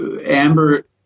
Amber